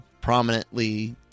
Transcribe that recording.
prominently